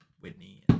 whitney